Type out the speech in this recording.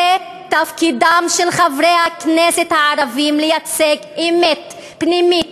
תפקידם של חברי הכנסת הערבים לייצג אמת פנימית